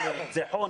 נרצחו,